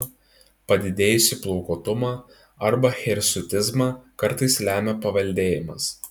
padidėjusį plaukuotumą arba hirsutizmą kartais lemia paveldėjimas